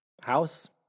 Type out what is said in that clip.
house